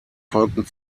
folgten